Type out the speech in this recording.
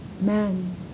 man